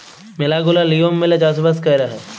ম্যালা গুলা লিয়ম মেলে চাষ বাস কয়রা হ্যয়